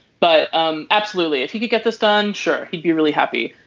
but um absolutely if you could get this done. sure he'd be really happy.